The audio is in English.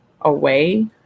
away